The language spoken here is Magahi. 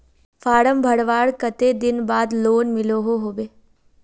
फारम भरवार कते दिन बाद लोन मिलोहो होबे?